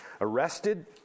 arrested